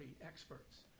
experts